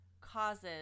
causes